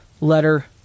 Letter